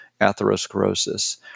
atherosclerosis